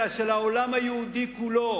אלא של העולם היהודי כולו.